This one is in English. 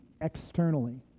externally